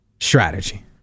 strategy